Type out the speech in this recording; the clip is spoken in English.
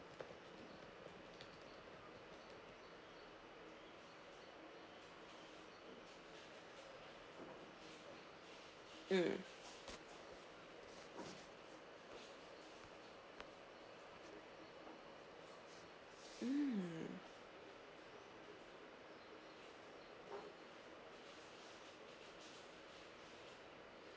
mm mm